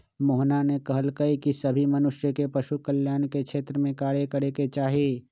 मोहना ने कहल कई की सभी मनुष्य के पशु कल्याण के क्षेत्र में कार्य करे के चाहि